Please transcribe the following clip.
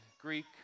Greek